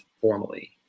formally